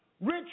Rich